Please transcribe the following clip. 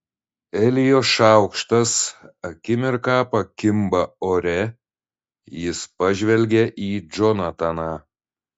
elijo šaukštas akimirką pakimba ore jis pažvelgia į džonataną